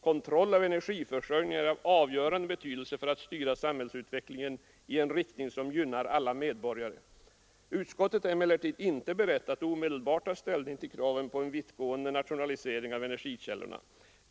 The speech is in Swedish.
Kontroll av energiförsörjningen är av avgörande betydelse för att styra samhällsutvecklingen i en riktning som gynnar alla medborgare. Utskottet är emellertid inte berett att omedelbart ta ställning till kraven på en vittgående nationalisering av energikällorna.